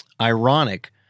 ironic